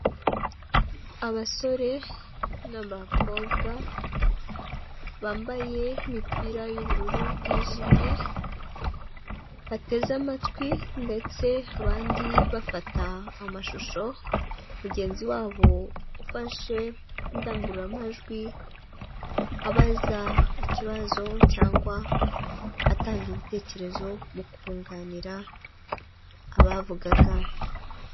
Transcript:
Abasore n'abakobwa bambaye imipira y'ubururu bwijimye bateze amatwi, ndetse abandi bafata amashusho, mugenzi wabo ufashe indangururamajwi abaza ikibazo cyangwa atanga ibitekerezo mu kunganira abavugaga.